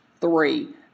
three